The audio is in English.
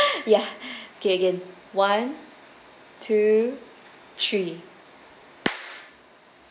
ya okay again one two three